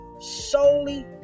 solely